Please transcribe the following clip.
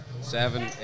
Seven